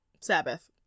sabbath